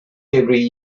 every